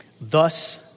Thus